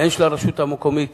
של הרשות המקומית,